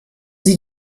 sie